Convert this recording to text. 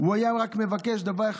והיה רק מבקש דבר אחד,